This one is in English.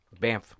Bamf